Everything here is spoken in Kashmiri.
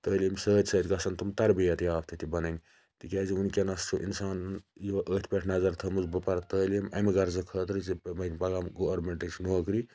تعلیم سۭتۍ سۭتۍ گَژھان تِم تَربیت یافتہٕ تہِ بَنٕنۍ تکیازِ وٕنکیٚنَس چھُ اِنسان أتھ پیٚٹھ نَظَر تھٲومٕژ بہٕ پَرٕ تعلیٖم امہِ غَرضہٕ خٲطرٕ زٕ پَگاہ گارمنٹِچ نوکری